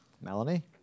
Melanie